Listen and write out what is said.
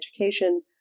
education